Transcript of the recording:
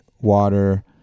water